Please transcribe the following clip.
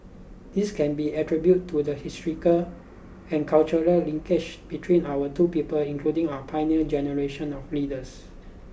this can be attribute to the historical and cultural linkages between our two people including our pioneer generation of leaders